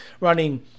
running